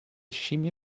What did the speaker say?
scimmie